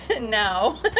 No